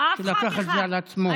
שלקח את זה על עצמו?